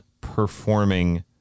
performing